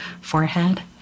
forehead